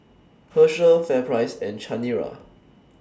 Herschel FairPrice and Chanira